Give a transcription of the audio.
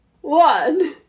one